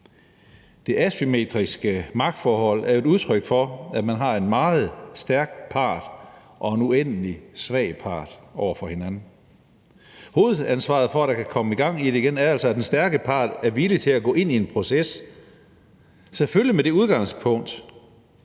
Det asymmetriske magtforhold er jo et udtryk for, at man har en meget stærk part og en uendelig svag part, der står over for hinanden. Hovedforudsætningen for, at der kan komme gang i processen igen, er altså, at den stærke part er villig til at gå ind i en proces – selvfølgelig med det udgangspunkt,